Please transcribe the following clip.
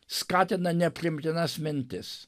skatina nepriimtinas mintis